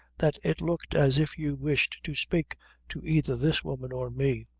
that it looked as if you wished to spake to either this woman or me.